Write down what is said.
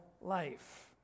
life